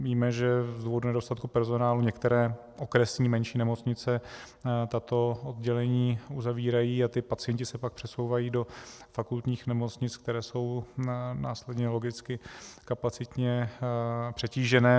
Víme, že z důvodu nedostatku personálu některé okresní menší nemocnice tato oddělení uzavírají a pacienti se pak přesouvají do fakultních nemocnic, které jsou následně logicky kapacitně přetížené.